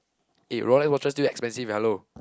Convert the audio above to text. eh Rolex watches still expensive hello